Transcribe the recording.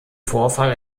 vorfall